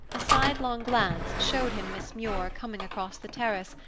a sidelong glance showed him miss muir coming across the terrace,